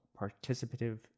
participative